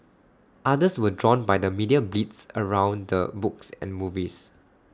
others were drawn by the media blitz around the books and movies